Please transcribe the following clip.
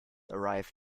arrive